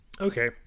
Okay